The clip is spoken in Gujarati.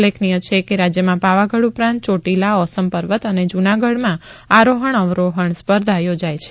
અત્રે ઉલ્લેખનીય છે કે રાજ્યમાં પાવાગઢ ઉપરાંત ચોટીલા ઓસમ પર્વત અને જ્રનાગઢમાં આરોહણ અવરોહણ સ્પર્ધા યોજાય છે